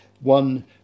one